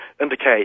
indicate